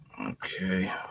Okay